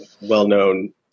well-known